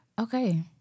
Okay